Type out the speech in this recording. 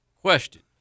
Question